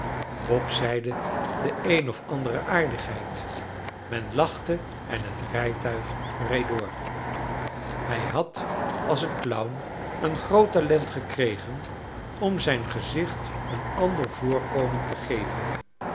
bob zeide de eene of andere aardigheid men lachte en het rijtuig reed door hij had als clown een groot talent gekregen om zijn gezicht een ander voorkomen te geven